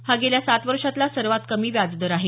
हा गेल्या सात वर्षातला सर्वात कमी व्याजदर आहे